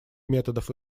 методов